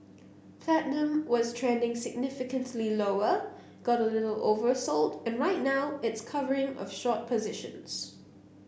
platinum was trending significantly lower got a little oversold and right now it's covering of short positions